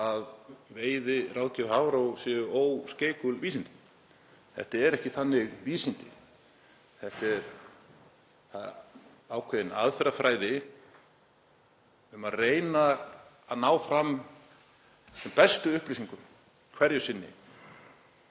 að veiðiráðgjöf Hafró sé óskeikul vísindi. Þetta eru ekki þannig vísindi, það er ákveðin aðferðafræði við að reyna að ná fram sem bestum upplýsingum hverju sinni